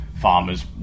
farmers